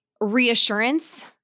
reassurance